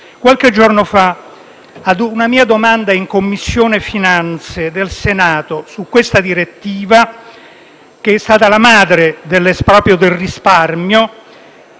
Qualche giorno fa, ad una mia domanda in Commissione finanze del Senato su questa direttiva, che è stata la madre dell'esproprio